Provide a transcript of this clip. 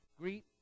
Greet